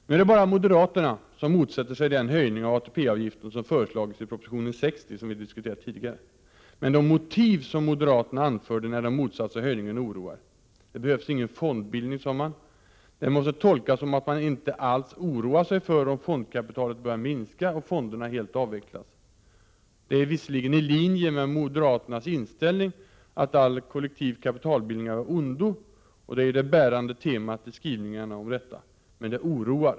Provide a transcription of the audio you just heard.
Det är bara moderaterna som motsätter sig den höjning av ATP-avgiften som föreslagits i proposition 60, som vi diskuterade tidigare. Men de motiv moderaterna anförde när de motsatte sig höjningen oroar. Det behövs ingen fondbildning, sade moderaterna. Detta måste tolkas så, att man inte alls oroar sig för om fondkapitalet börjar minska och fonderna helt avvecklas. Det är visserligen i linje med moderaternas inställning att all kollektiv kapitalbildning är av ondo. Det är det bärande temat i moderaternas skrivningar om detta. Men det oroar.